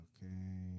Okay